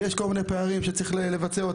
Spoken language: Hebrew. ועוד כל מיני פערים שצריך לבצע,